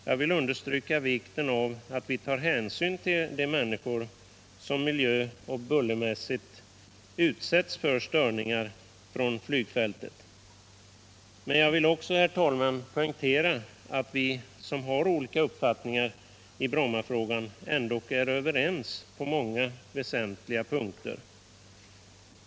Jag vill understryka vikten av att vi tar hänsyn till de människor som miljöoch bullermässigt utsätts för störningar från flygfältet. Men jag vill också, herr talman, poängtera att vi som har olika uppfattningar i Brommafrågan ändå är överens på många väsentliga punkter.